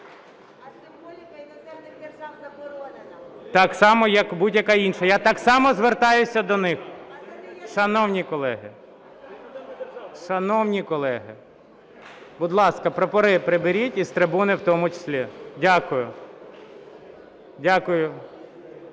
Так само як будь-яка інша. Я так само звертаюся до них. Шановні колеги, будь ласка, прапори приберіть і з трибуни в тому числі. Дякую.